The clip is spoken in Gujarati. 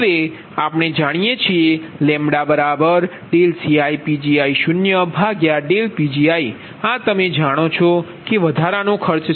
હવે આપણે જાણીએ છીએ λCiPgi0Pgiઆ તમે જાણો છો કે વધારાનો ખર્ચ છે